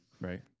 right